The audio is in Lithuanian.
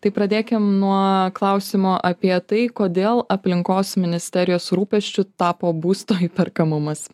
tai pradėkim nuo klausimo apie tai kodėl aplinkos ministerijos rūpesčiu tapo būsto įperkamumas